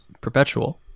perpetual